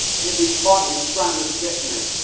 you'd be fighting and scrambling to get to me.